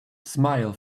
smile